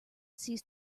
cease